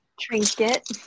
trinket